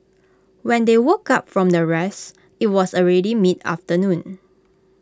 when they woke up from their rest IT was already mid afternoon